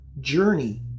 journey